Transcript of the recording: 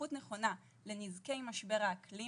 היערכות נכונה לנזקי משבר האקלים